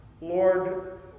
Lord